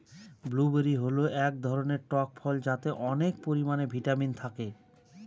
blueberry হল এক ধরনের টক ফল যাতে অনেক পরিমানে ভিটামিন থাকে